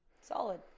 Solid